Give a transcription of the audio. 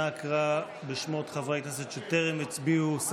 אנא קרא בשמות חברי הכנסת שטרם הצביעו.